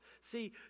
See